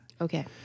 Okay